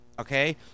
Okay